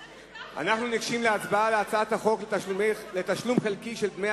אנחנו ניגשים להצבעה על הצעת החוק לתשלום חלקי של דמי